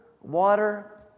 water